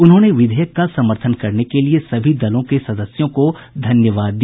उन्होंने विधेयक का समर्थन करने के लिए सभी दलों के सदस्यों को धन्यवाद दिया